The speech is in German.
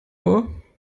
vor